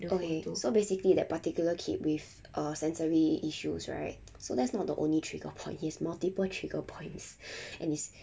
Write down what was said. okay so basically that particular kid with uh sensory issues right so that's not the only trigger point he's multiple trigger points and he's